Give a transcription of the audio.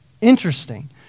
Interesting